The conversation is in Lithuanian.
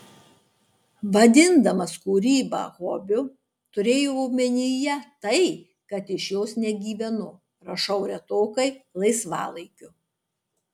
vadindamas kūrybą hobiu turėjau omenyje tai kad iš jos negyvenu rašau retokai laisvalaikiu